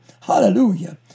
Hallelujah